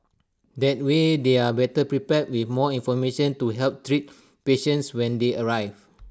that way they are better prepared with more information to help treat patients when they arrive